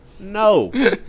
no